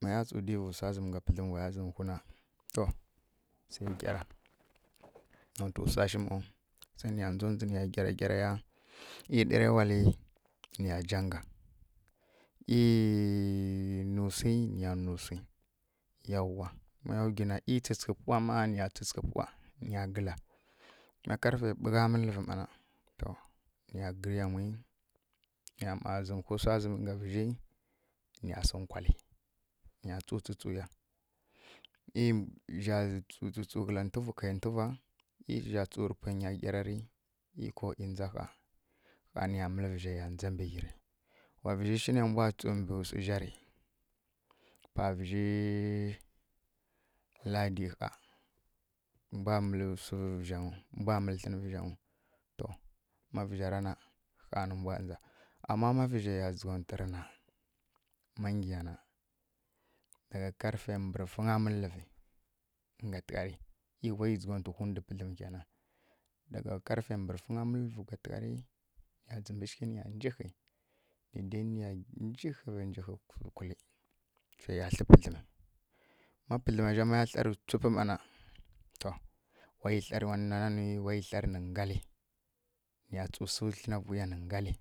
Maya tsu divǝ wsa zǝmi ngz pǝdlim waya zǝmǝwhuna to se gyara nontǝ wsa shi ˈmau se niya ndzondzi niya gyara gyaraya e ɗerewali niya janga e nǝswi niya nuswi yauwa maya wgi na e tsǝtsǝghǝ puwa na niya tsǝtsǝghu puwa niya gǝla ma karfe ɓugha mǝllǝvǝ ma na niya gǝrǝyamwi niya ma zǝmwhu wsa zǝmi nga vǝzji niya sǝnkwalli niya tsu tsutsuya e zja tsu tsutsu kei ntuvwa en zja tsu rǝ pwe nya gyara ri e ko indza ɦaa, ɦaa niya mǝlǝ vǝzjeya ndza mbǝ ghi ri wa vǝzji shi ne mbwa tsu mbǝ suzja ri pa vǝzji laadi ɦaa mbwa mǝlǝ tlǝnǝ vǝzjanyu to ma vǝ zjarana ɦaa nǝ mbwa ndza ama ma vǝzje ya dzǝgha ntwu rǝna ma ngiya na daga karfe mbǝrfingya mǝllǝvi nga tǝghari e wayirǝ dzǝgha ntǝ pǝdlǝm kenan fa daga wa karfe mbǝrfingya mǝllǝvi kwa tǝghari niya dzǝmbǝ chǝghi niya njihi dede niya njihivǝ njihǝ kukkǝli zje ya tlǝ pǝdlǝm ma pǝdlǝma zja maya tlarǝ wtsup mana to wayi tleri nǝ ngali niya tsu sǝ tlena vughǝya nǝ ngali